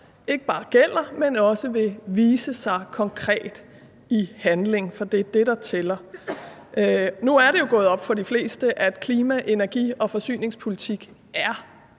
ikke bare gælder, men også vil vise sig konkret i handling, for det er det, der tæller. Nu er det jo gået op for de fleste, at klima-, energi- og forsyningspolitik er